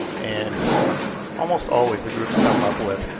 and almost always the groups come up with,